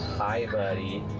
hi, buddy.